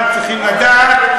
אבל צריכים לדעת,